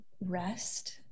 rest